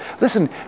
Listen